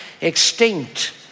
extinct